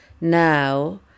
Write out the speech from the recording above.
now